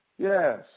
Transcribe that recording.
Yes